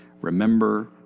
remember